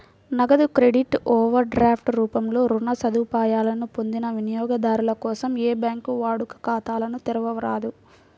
నగదు credit, overdraft రూపంలో రుణ సదుపాయాలను పొందిన వినియోగదారుల కోసం ఏ బ్యాంకూ వాడుక ఖాతాలను తెరవరాదు